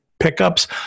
pickups